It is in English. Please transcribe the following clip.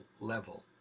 level